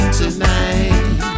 tonight